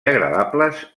agradables